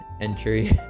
entry